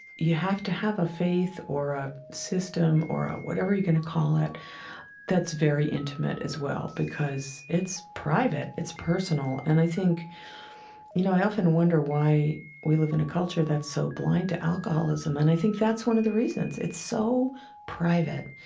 you have to have a faith or a system or whatever you're going to call it that's very intimate as well, because it's private, it's personal. and i think you know, i often wonder why we live in a culture that is so blind to alcoholism and i think that's one of the reasons, it's so private,